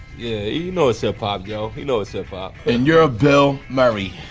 yeah, he knows hip-hop, yo, he knows hip-hop. and you're bill murray.